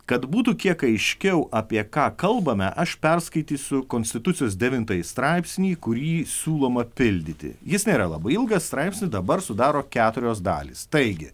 kad būtų kiek aiškiau apie ką kalbame aš perskaitysiu konstitucijos devintąjį straipsnį kurį siūloma pildyti jis nėra labai ilgas straipsnis dabar sudaro keturios dalys taigi